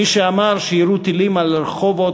מי שאמר שיירו טילים על רחובות,